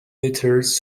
eaters